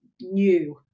new